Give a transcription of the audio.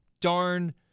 darn